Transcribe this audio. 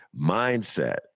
mindset